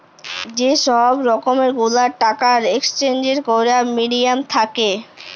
যে সহব রকম গুলান টাকার একেসচেঞ্জ ক্যরার মিডিয়াম থ্যাকে